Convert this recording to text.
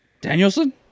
Danielson